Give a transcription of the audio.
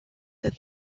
that